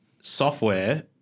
software